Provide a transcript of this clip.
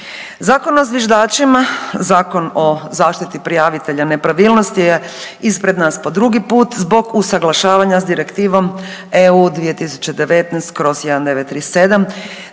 Zakon o zviždačima, Zakon o zaštiti prijavitelja nepravilnosti je ispred nas po drugi put zbog usuglašavanja sa Direktivom EU 2019/1937.